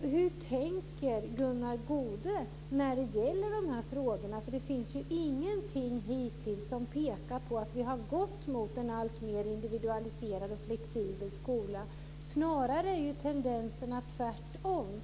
Hur tänker Gunnar Goude i dessa frågor? Det finns ingenting hittills som pekar på att vi har gått mot en alltmer individualiserad och flexibel skola, snarare är tendenserna tvärtom.